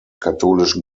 katholischen